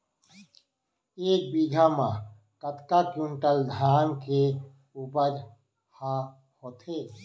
एक बीघा म कतका क्विंटल धान के उपज ह होथे?